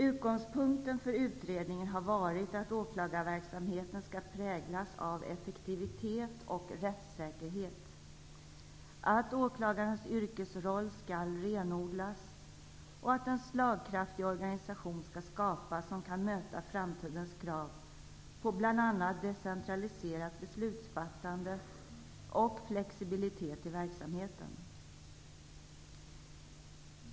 Utgångspunkten för utredningen har varit att åklagarverksamheten skall präglas av effektivitet och rättssäkerhet, att åklagarnas yrkesroll skall renodlas och att en slagkraftig organisation skall skapas, som kan möta framtidens krav på bl.a. decentraliserat beslutsfattande och flexibilitet i verksamheten.